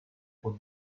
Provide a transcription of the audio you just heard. può